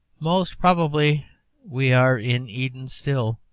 most probably we are in eden still.